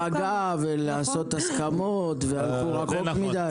להגיע להסכמות ושהלכו רחוק מדי.